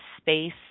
space